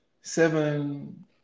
seven